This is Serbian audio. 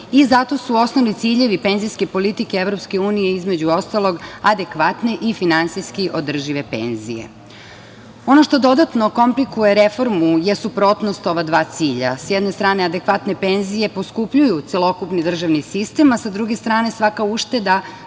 i zato su osnovni ciljevi penzijske politike EU između ostalog adekvatne i finansijski održive penzije. Ono što dodatno komplikuje reformu je suprotnost ova dva cilja. Sa jedne strane adekvatne penzije poskupljuju celokupni državni sistem, a sa druge strane svaka ušteda